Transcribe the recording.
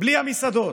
בלי המסעדות?